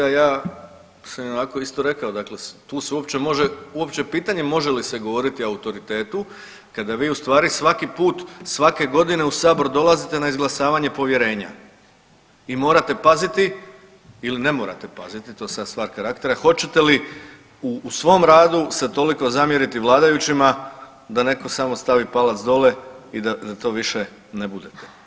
Ja sam im onako isto rekao dakle tu se uopće može, uopće pitanje može li se govoriti o autoritetu kada vi ustvari svaki put svake godine u sabor dolazite na izglasavanje povjerenja i morate paziti ili ne morate paziti, to je sad stvar karaktera, hoćete li u svom radu se toliko zamjeriti vladajućima da neko samo stavi palac dole i da za to više ne budete.